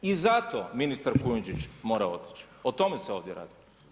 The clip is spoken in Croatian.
I zato ministar Kujundžić mora otići, o tome se ovdje radi.